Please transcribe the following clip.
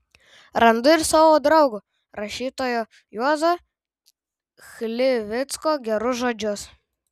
randu ir savo draugo rašytojo juozo chlivicko gerus žodžius